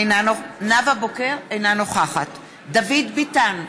אינה נוכחת דוד ביטן,